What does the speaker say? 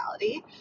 reality